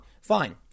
Fine